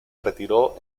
retiró